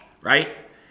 right